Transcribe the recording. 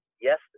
yes